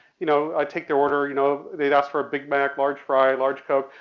you know, i'd take their order, you know, they'd ask for a big mac, large fry, large coke.